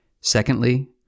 secondly